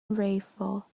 rainfall